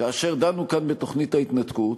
כאשר דנו כאן בתוכנית ההתנתקות,